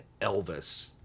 Elvis